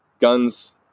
guns